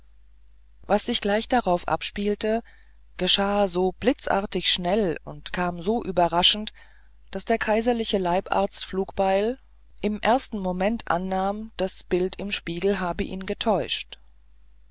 was sich gleich darauf abspielte geschah so blitzartig schnell und kam so überraschend daß der kaiserliche leibarzt flugbeil im ersten moment annahm das bild im spiegel habe ihn getäuscht